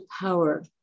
power